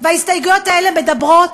וההסתייגויות האלה מדברות,